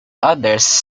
others